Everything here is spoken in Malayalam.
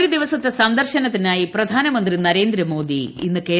ഒരു ദിവസത്തെ സന്ദർശനത്തിനായി പ്രധാനമന്ത്രി നരേന്ദ്രമോദി ഇന്ന് കേരളത്തിലെത്തും